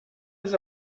does